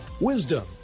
Wisdom